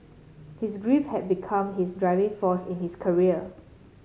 his grief had become his driving force in his career